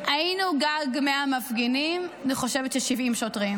היינו גג 100 מפגינים, אני חושבת ש-70 שוטרים,